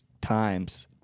times